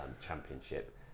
Championship